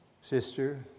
Sister